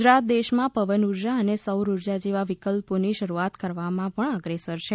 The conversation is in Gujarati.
ગુજરાત દેશમાં પવન ઊર્જા અને સૌરઊર્જા જેવા વિકલ્પોની શરૂઆત કરવામાં પણ અગ્રેસર છે